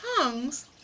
tongues